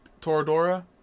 Toradora